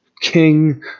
King